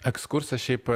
ekskursas šiaip